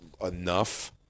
enough